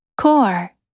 Core